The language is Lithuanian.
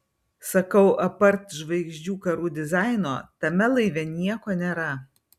sakau apart žvaigždžių karų dizaino tame laive nieko nėra